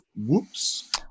Whoops